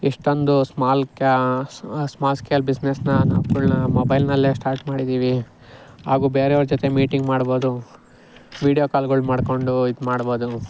ಎಷ್ಟೊಂದು ಸ್ಮಾಲ್ ಕ್ಯಾ small scale ಬಿಸ್ನೆಸ್ನ ಆ್ಯಪ್ಗಳ್ನ ಮೊಬೈಲ್ನಲ್ಲೇ ಸ್ಟಾರ್ಟ್ ಮಾಡಿದೀವಿ ಹಾಗು ಬೇರೆಯವ್ರ ಜೊತೆ ಮೀಟಿಂಗ್ ಮಾಡ್ಬೊದು ವೀಡ್ಯೋ ಕಾಲ್ಗಳ್ ಮಾಡಿಕೊಂಡು ಇದುಮಾಡ್ಬೊದು